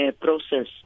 process